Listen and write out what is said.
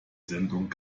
sendung